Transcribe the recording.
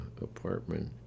apartment